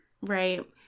Right